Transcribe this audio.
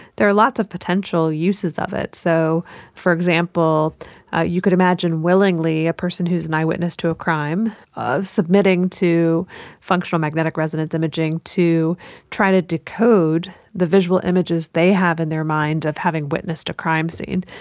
there are lots of potential uses of it, so for example you could imagine willingly a person who is an eyewitness to a crime submitting to functional magnetic resonance imaging to try to decode the visual images they have in their mind of having witnessed a crime scene.